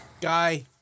guy